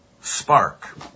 spark